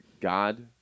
God